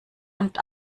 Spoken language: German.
und